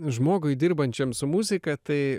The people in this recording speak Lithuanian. žmogui dirbančiam su muzika tai